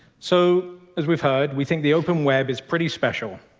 so as we've heard, we think the open web is pretty special.